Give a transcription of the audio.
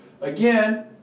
again